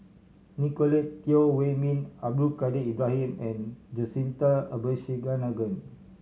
Nicolette Teo Wei Min Abdul Kadir Ibrahim and Jacintha Abisheganaden